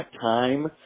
time